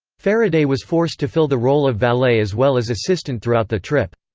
faraday was forced to fill the role of valet as well as assistant throughout the trip.